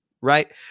right